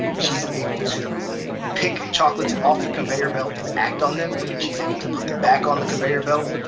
she's able to pick chocolates off the conveyor belt and act on them. she's able to put them back on the conveyor belt,